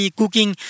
cooking